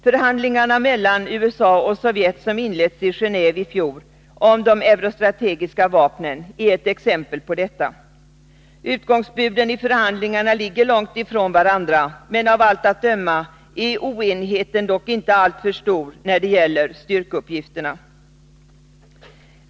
Förhandlingarna mellan USA och Sovjet, som inletts i Gendve i fjol, om de eurostrategiska vapnen är ett exempel på detta. Utgångsbuden i förhandlingarna ligger långt från varandra. Av allt att döma är oenigheten dock inte alltför stor när det gäller styrkeuppgifterna.